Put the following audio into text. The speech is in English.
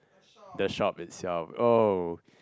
the shop itself oh